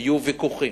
היו ויכוחים,